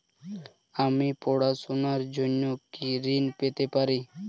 আমি পড়াশুনার জন্য কি ঋন পেতে পারি?